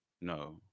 No